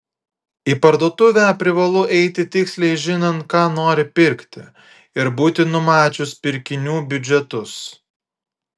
į parduotuvę privalu eiti tiksliai žinant ką nori pirkti ir būti numačius pirkinių biudžetus